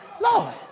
Lord